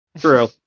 True